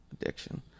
addiction